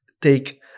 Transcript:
take